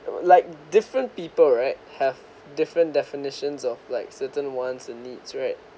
like different people right have different definitions of like certain wants and needs right